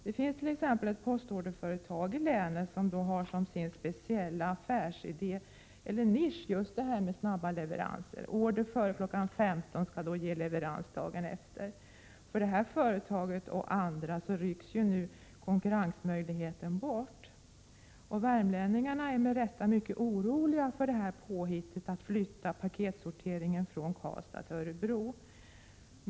Det finns t.ex. ett postorderföretag i länet som har som sin speciella nisch just detta med snabba leveranser. Order före kl. 15.00 skall ge leverans dagen efter. För detta och andra företag rycks nu konkurrensmöjligheterna bort. Värmlänningarna är med rätta mycket oroade över påhittet att flytta paketsorteringen från Karlstad till Örebro.